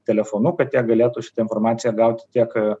telefonu kad jie galėtų šitą informaciją gauti tiek